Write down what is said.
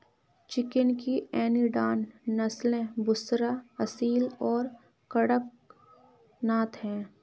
chicken की Indian नस्लें बुसरा, असील और कड़कनाथ हैं